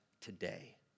today